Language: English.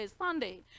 Sunday